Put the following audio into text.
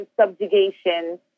subjugation